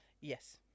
Yes